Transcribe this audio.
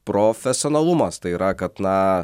profesionalumas tai yra kad na